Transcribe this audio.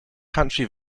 country